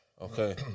Okay